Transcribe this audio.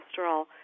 cholesterol